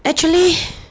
actually